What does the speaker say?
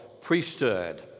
priesthood